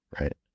right